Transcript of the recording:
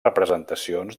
representacions